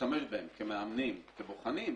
תשתמש בהם כמאמנים, כבוחנים,